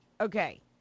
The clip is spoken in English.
Okay